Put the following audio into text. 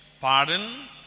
Pardon